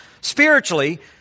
spiritually